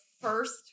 first